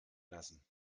lassen